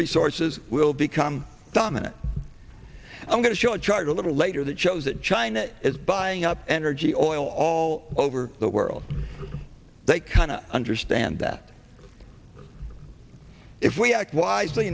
resources will become dominant i'm going to show a chart a little later that shows that china is buying up energy oil all over the world they kind of understand that if we act wisely